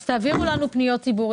אז תעבירו לנו פניות ציבור,